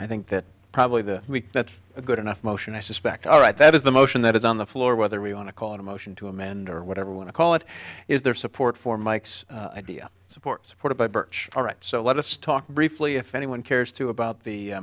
i think that probably this week that's a good enough motion i suspect all right that is the motion that is on the floor whether we want to call it a motion to amend or whatever want to call it is their support for mike's idea support supported by birch all right so let's talk briefly if anyone cares to about the